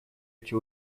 эти